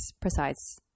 precise